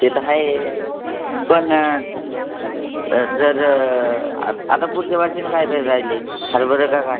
ते तर हाये पन जर आता पुढच्या वरशानं काय पेरायले हरभरा का काय